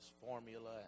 formula